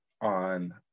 on